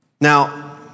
Now